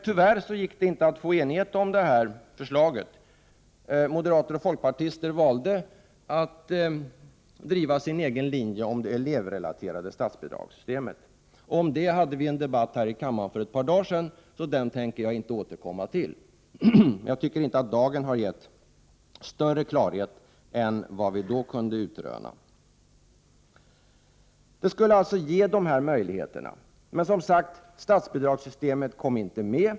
Tyvärr gick det inte att åstadkomma enighet om förslaget. Moderater och folkpartister valde att driva sin egen linje om det elevrelaterade statsbidragssystemet. Om det hade vi en debatt här i kammaren för ett par dagar sedan. Därför tänker jag inte återkomma till den frågan. Jag tycker inte att dagens debatt har resulterat i större klarhet än vi då kunde komma fram till. Statsbidraget kom, som sagt, inte med.